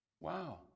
Wow